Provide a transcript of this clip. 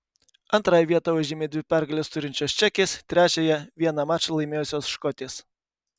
antrąją vietą užėmė dvi pergales turinčios čekės trečiąją vieną mačą laimėjusios škotės